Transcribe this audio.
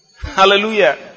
Hallelujah